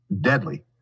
deadly